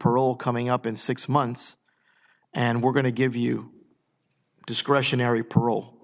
parole coming up in six months and we're going to give you discretionary parole